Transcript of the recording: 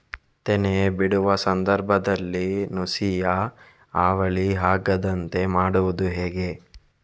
ತೆನೆ ಬಿಡುವ ಸಂದರ್ಭದಲ್ಲಿ ನುಸಿಯ ಹಾವಳಿ ಆಗದಂತೆ ಮಾಡುವುದು ಹೇಗೆ?